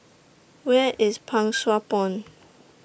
Where IS Pang Sua Pond